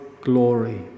glory